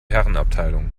herrenabteilung